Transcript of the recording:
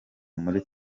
muti